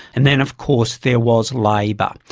and then of course there was labor.